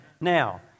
Now